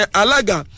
alaga